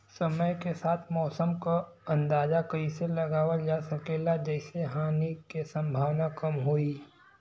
समय के साथ मौसम क अंदाजा कइसे लगावल जा सकेला जेसे हानि के सम्भावना कम हो?